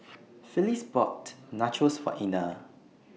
Phyliss bought Nachos For Ina